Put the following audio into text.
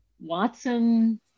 Watson